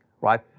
right